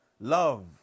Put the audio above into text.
love